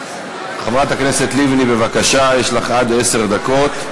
חברת הכנסת לבני, בבקשה, יש לך עד עשר דקות.